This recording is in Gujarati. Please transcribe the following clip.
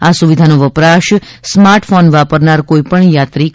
આ સુવિધાનો વપરાશ સ્માર્ટ ફોન વાપરનાર કોઈપણ યાત્રી કરી શકશે